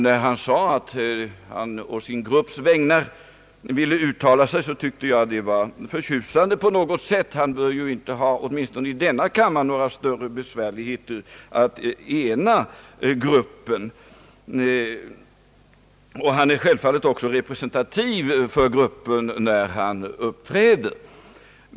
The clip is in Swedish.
När han sade att han ville uttala sig på sin grupps vägnar, tyckte jag att det var förtjusande på något sätt. Han bör åtminstone inte i denna kammare ha något större besvär att ena gruppen! Han är självfallet också representativ för gruppen när han uppträder.